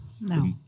No